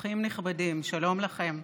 אורחים נכבדים, שלום לכם.